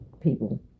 people